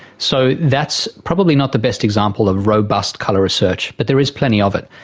so that's probably not the best example of robust colour research, but there is plenty of it.